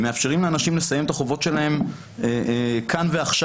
הם מאפשרים לאנשים לסיים את החובות שלהם כאן ועכשיו